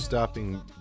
stopping